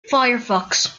firefox